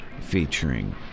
featuring